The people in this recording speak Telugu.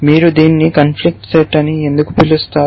మీరు దీన్ని కాంఫ్లిక్ట్ సెట్ అని ఎందుకు పిలుస్తారు